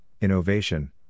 Innovation